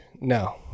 No